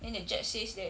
then the judge says that